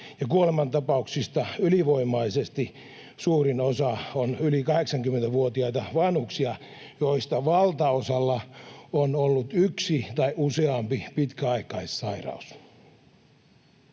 kuolemanta-pauksista ylivoimaisesti suurin osa on yli 80-vuotiaita vanhuksia, joista valtaosalla on ollut yksi tai useampi pitkäaikaissairaus.